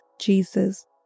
Jesus